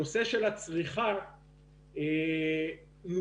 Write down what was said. הנושא של הצריכה מוזנח,